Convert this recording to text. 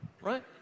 right